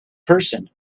person